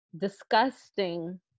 disgusting